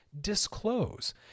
Disclose